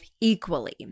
equally